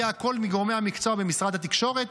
יהיה הכול מגורמי המקצוע במשרד התקשורת.